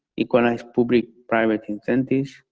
equalize public-private incentives,